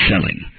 selling